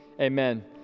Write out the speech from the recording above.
amen